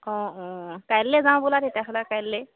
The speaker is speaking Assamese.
অঁ অঁ কাইলে যাওঁ বোলে তেতিয়া হ'লে কাইলেই